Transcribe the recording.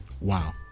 Wow